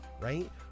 right